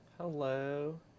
hello